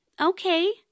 Okay